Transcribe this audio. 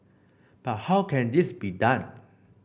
but how can this be done